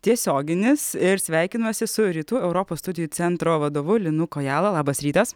tiesioginis ir sveikinuosi su rytų europos studijų centro vadovu linu kojala labas rytas